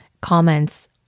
comments